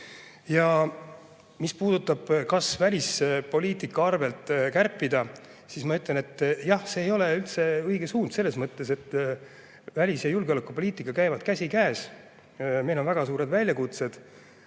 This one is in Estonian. Mis puudutab seda, kas välispoliitika arvelt kärpida, siis ma ütlen, et jah, see ei ole üldse õige suund selles mõttes, et välis- ja julgeolekupoliitika käivad käsikäes. Meil on väga suured väljakutsed.